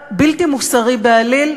היה בלתי מוסרי בעליל,